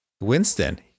Winston